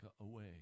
away